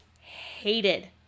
hated